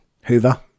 Hoover